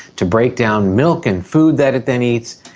to break down milk and food that it then eats.